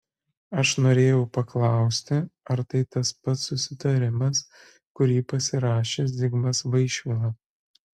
aš norėjau paklausti ar tai tas pats susitarimas kurį pasirašė zigmas vaišvila